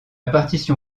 partition